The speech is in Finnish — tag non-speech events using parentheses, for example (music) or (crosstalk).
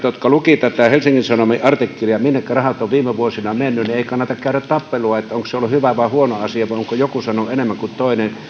(unintelligible) jotka lukivat tätä helsingin sanomien artikkelia siitä minnekä rahat ovat viime vuosina menneet ei kannata käydä tappelua siitä onko se ollut hyvä vai huono asia vai onko joku saanut enemmän kuin toinen